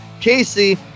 Casey